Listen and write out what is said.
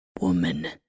woman